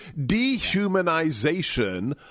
dehumanization